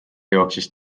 jooksis